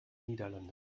niederlande